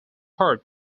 hurt